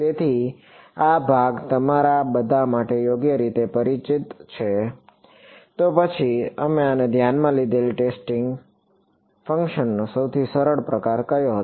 તેથી આ ભાગ તમારા બધા માટે યોગ્ય રીતે પરિચિત છે તો પછી અમે ધ્યાનમાં લીધેલ ટેસ્ટિંગ ફંક્શનનો સૌથી સરળ પ્રકાર કયો હતો